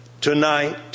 Tonight